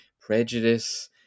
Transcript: prejudice